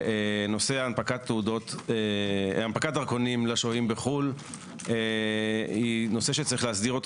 נושא הנפקת דרכונים לשוהים בחו"ל היא נושא שיש להסדירו